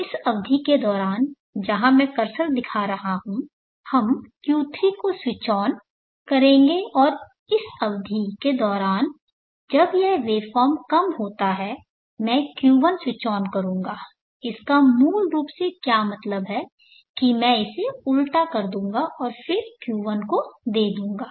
तो इस अवधि के दौरान जहां मैं कर्सर दिखा रहा हूं हम Q3 को स्विच ऑन करेंगे और उस अवधि के दौरान जब यह वेवफॉर्म कम होता है मैं Q1 स्विच ऑन करूंगा इसका मूल रूप से क्या मतलब है कि मैं इसे उल्टा कर दूंगा और फिर Q1 को दे दूंगा